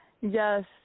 Yes